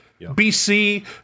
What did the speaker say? BC